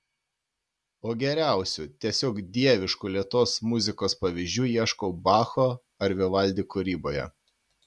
o geriausių tiesiog dieviškų lėtos muzikos pavyzdžių ieškau bacho ar vivaldi kūryboje